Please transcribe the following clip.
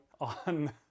on